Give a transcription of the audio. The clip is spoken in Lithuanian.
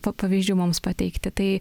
pa pavyzdžių mums pateikti tai